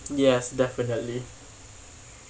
yes definitely